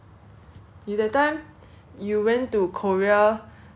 for a~ two times last year right is it two times